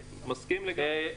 מסכים לגמרי.